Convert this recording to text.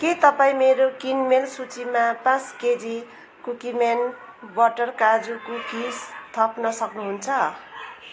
के तपाईँ मेरो किनमेल सूचीमा पाँच केजी कुकिम्यान बटर काजु कुकिज थप्न सक्नुहुन्छ